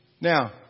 Now